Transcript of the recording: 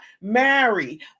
married